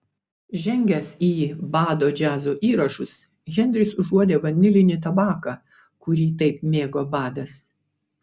žengęs į bado džiazo įrašus henris užuodė vanilinį tabaką kurį taip mėgo badas